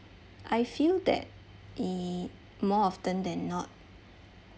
I feel that eh more often than not